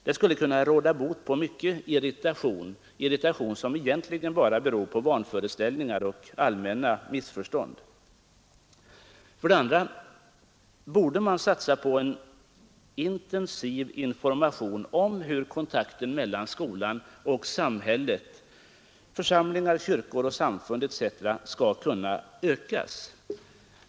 Det skulle kunna råda bot på mycket irritation — irritation som egentligen bara beror på vanföreställningar och allmänna missförstånd. För det andra borde man satsa på en intensiv information om hur kontakterna mellan skolan och samhället — församlingar, kyrkor och samfund etc. — skall kunna ökas.